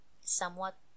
somewhat